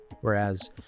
whereas